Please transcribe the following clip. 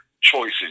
choices